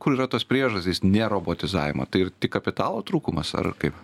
kur yra tos priežastys ne robotizavimo tai tik kapitalo trūkumas ar ar kaip